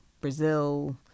Brazil